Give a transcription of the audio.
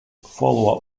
follow